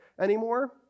anymore